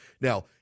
Now